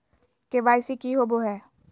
KYC की हॉबे हय?